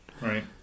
right